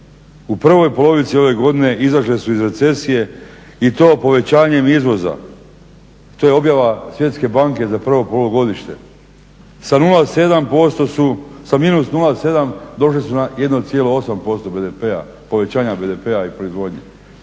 u prvoj polovici ove godine izašle su iz recesije i to povećanjem izvoza. To je objava svjetske banke za prvo polugodište, sa -0,7% došli su na 1,8% BDP-a, povećanja BDP-a i proizvodnje.